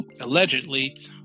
allegedly